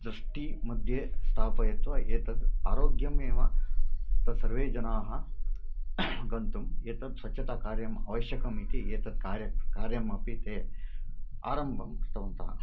दृष्टिः मध्ये स्थापयित्वा एतद् आरोग्यमेव तत्सर्वे जनाः गन्तुम् एतत् स्वच्छताकार्यम् आवश्यकम् इति एतत् कार्यं कार्यमपि ते आरम्भं कृतवन्तः